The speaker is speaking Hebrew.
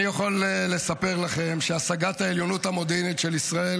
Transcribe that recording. אני יכול לספר לכם שהשגת העליונות המודיעינית של ישראל